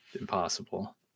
impossible